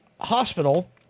hospital